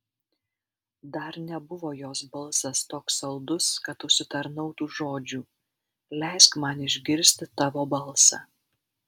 dar nebuvo jos balsas toks saldus kad užsitarnautų žodžių leisk man išgirsti tavo balsą